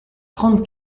trente